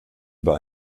über